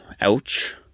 Ouch